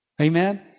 Amen